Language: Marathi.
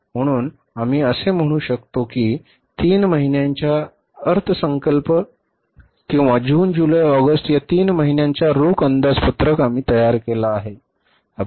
म्हणून आम्ही असे म्हणू शकतो की तीन महिन्यांचा अर्थसंकल्प किंवा जून जुलै ऑगस्ट या तीन महिन्यांचा रोख अंदाजपत्रक आम्ही तयार केला आहे